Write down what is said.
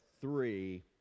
three